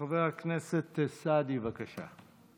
חבר הכנסת סעדי, בבקשה.